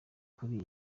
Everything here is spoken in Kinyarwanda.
kuri